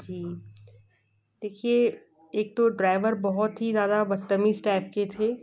जी देखिए एक तो ड्राइवर बहुत ही ज़्यादा बदतमीज़ टाइप के थे